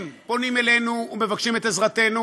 הם פונים אלינו ומבקשים את עזרתנו,